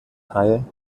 teil